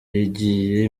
yigiye